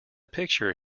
picture